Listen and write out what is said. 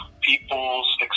people's